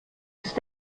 ist